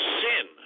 sin